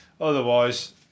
Otherwise